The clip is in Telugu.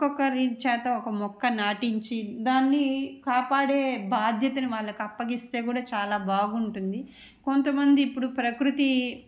ఒక్కొక్కరి చేత ఒక్క మొక్క నాటించి దాన్ని కాపాడే బాధ్యతని వాళ్ళకి అప్పగిస్తే కూడా చాలా బాగుంటుంది కొంతమంది ఇప్పుడు ప్రకృతి